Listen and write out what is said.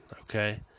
okay